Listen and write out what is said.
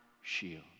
shield